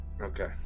Okay